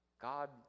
God